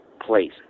place